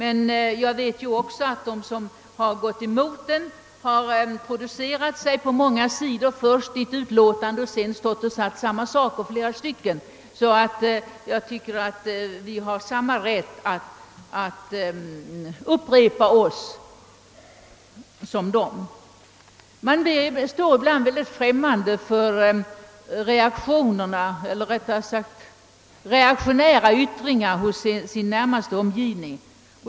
Men jag vet också att de som har gått emot motionen har producerat sig på många sidor i ett utlåtande och sedan har stått här och sagt samma saker, och jag anser att vi har samma rätt som de att upprepa oss. Man känner sig oerhört främmande för reaktionära yttringar hos sin närmaste omgivning.